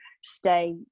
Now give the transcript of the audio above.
stay